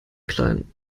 klein